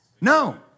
No